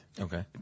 Okay